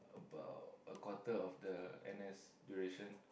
about a quarter of the n_s duration